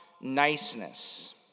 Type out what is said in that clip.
niceness